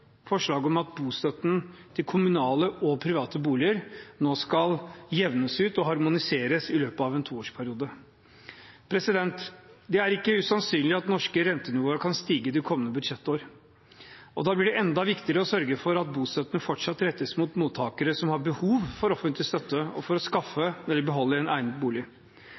forslaget om at bostøtten til kommunale og private boliger nå skal jevnes ut og harmoniseres i løpet av en toårsperiode. Det er ikke usannsynlig at det norske rentenivået kan stige i det kommende budsjettår. Da blir det enda viktigere å sørge for at bostøtten fortsatt rettes mot mottakere som har behov for offentlig støtte for å skaffe eller beholde en egnet bolig.